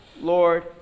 Lord